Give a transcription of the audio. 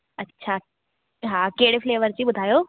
अच्छा हा कहिड़े फ़्लेवर जी ॿुधायो